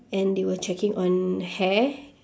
and they were checking on hair